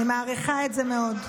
אני מעריכה את זה מאוד.